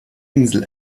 insel